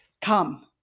come